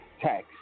tax